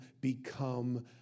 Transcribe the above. become